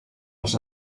els